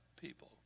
people